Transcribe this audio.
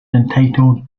entitled